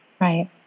Right